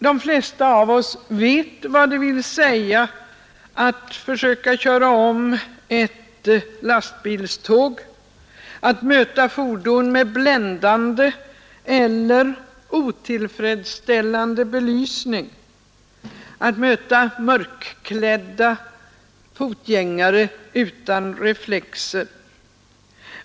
De flesta av oss vet vad det vill säga att försöka köra om ett lastbilståg, att möta fordon med bländande eller otillfredsställande belysning och att möta mörkklädda fotgängare utan reflexer.